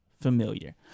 familiar